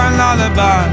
lullaby